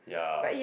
yeah